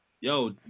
yo